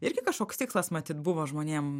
irgi kažkoks tikslas matyt buvo žmonėm